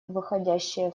выходящее